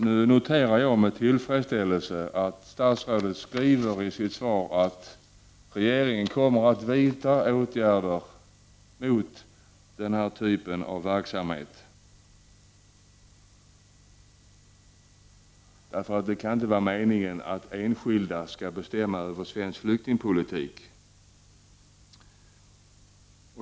Nu noterar jag med tillfredsställelse att statsrådet skriver i sitt svar att regeringen kommer att vidta åtgärder mot den här typen av verksamhet. Det kan inte vara meningen att enskilda skall bestämma över svensk flyktingpolitik.